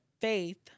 faith